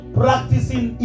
practicing